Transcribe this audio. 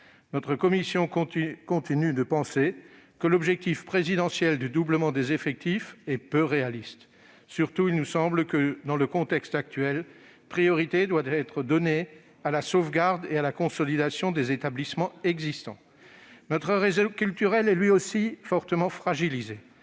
Notre commission continue de penser que l'objectif présidentiel de doublement des effectifs est peu réaliste. Surtout, il nous semble que priorité doit être donnée, dans le contexte actuel, à la sauvegarde et à la consolidation des établissements existants. Notre réseau culturel est lui aussi fortement fragilisé.